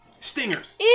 Stingers